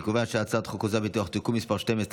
אני קובע שהצעת חוק חוזה הביטוח (תיקון מס' 12),